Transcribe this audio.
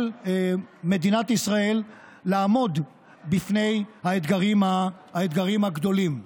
של מדינת ישראל לעמוד בפני האתגרים הגדולים.